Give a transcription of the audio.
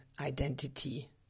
identity